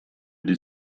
die